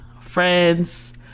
Friends